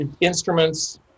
instruments